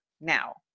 now